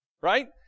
right